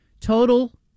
Total